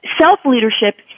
self-leadership